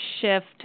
shift